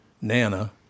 Nana